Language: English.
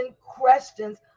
questions